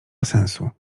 sensu